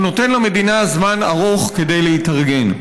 הוא נותן למדינה זמן ארוך כדי להתארגן.